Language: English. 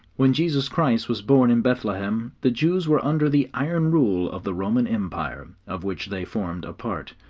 when jesus christ was born in bethlehem, the jews were under the iron rule of the roman empire, of which they formed a part,